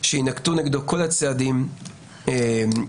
שיינקטו נגדו כל הצעדים הנדרשים,